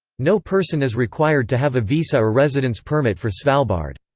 no person is required to have a visa or residence permit for svalbard.